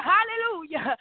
Hallelujah